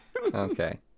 okay